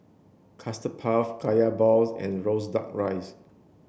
custard puff kaya balls and roasted duck rice